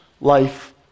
life